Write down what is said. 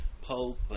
Pope